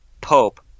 Pope